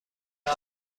الا